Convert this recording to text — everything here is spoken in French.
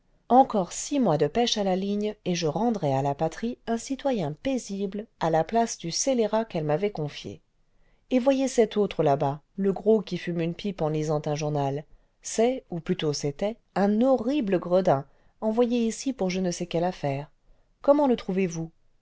encore six mois de pêche à la ligne et je rendrai à la patrie nu citoyen paisible à la place du scélérat qu'elle m'avait confié et voyez cet autre là-bas le gros qui fume une pipe en lisant un journal c'est ou plutôt c'était un horrible gredin envoyé ici pour je ne sais quelle affaire comment le trouvez